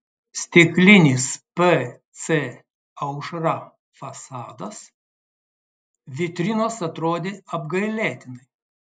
stiklinis pc aušra fasadas vitrinos atrodė apgailėtinai